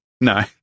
No